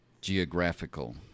geographical